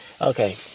Okay